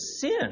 sin